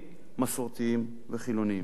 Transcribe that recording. מסורתיים וחילונים.